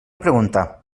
pregunta